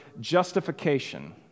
justification